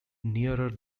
nearer